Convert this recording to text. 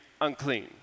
unclean